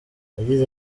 yagize